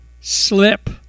slip